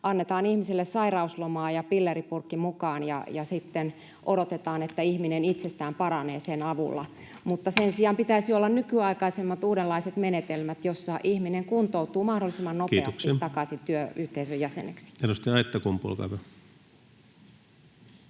annetaan ihmisille sairauslomaa ja pilleripurkki mukaan ja sitten odotetaan, että ihminen itsestään paranee sen avulla, mutta sen sijaan pitäisi olla nykyaikaisemmat, uudenlaiset menetelmät, joilla ihminen kuntoutuu mahdollisimman nopeasti [Puhemies: Kiitoksia!] takaisin